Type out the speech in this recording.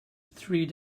three